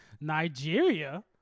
Nigeria